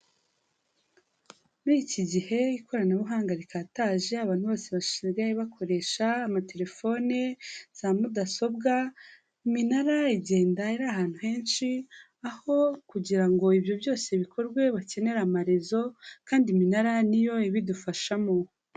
Muri iki gihe ikoranabuhanga rikataje abantu bose basigaye bakoresha amatelefone, za mudasobwa, iminara igenda iri ahantu henshi, aho kugira ngo ibyo byose bikorwe bakenera amarezo, kandi iminara ni yo ibidufashamo.